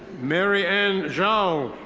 mary-ann zhao.